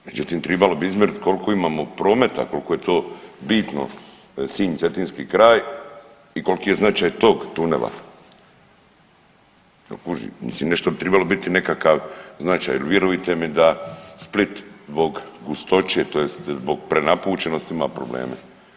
Međutim, tribalo bi izmjeriti koliko imamo prometa, koliko je to bitno Sinj, Cetinski kraj i koliki je značaj tog tunela jel kužite, mislim nešto bi tribalo biti nekakav značaj jer vjerujte mi da Split zbog gustoće tj. zbog prenapučenosti ima probleme.